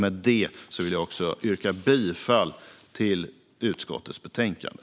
Med detta vill jag yrka bifall till förslaget i utskottets betänkande.